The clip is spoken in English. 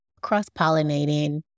cross-pollinating